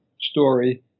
story